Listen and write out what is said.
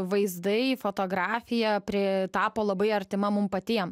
vaizdai fotografija pri tapo labai artima mum patiem